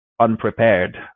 unprepared